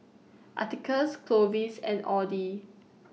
Atticus Clovis and Audy